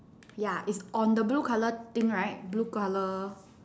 ya it's on the blue colour thing right blue colour